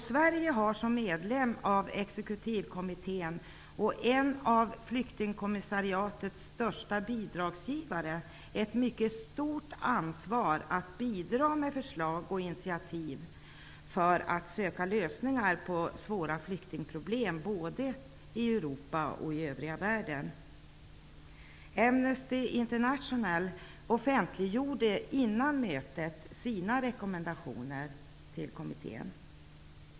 Sverige har som medlem av exekutivkommittén och en av flyktingkommissariatets största bidragsgivare ett mycket stort ansvar att bidra med förslag och initiativ för att söka lösningar på svåra flyktingproblem både i Europa och i övriga världen. Amnesty International offentliggjorde innan mötet sina rekommendationer till kommittén.